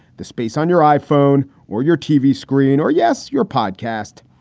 the space on your iphone or your tv screen or, yes, your podcast.